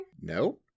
No